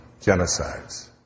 genocides